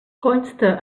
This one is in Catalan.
consta